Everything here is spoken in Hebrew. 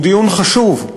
הוא דיון חשוב,